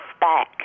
back